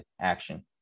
action